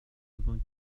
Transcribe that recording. vingt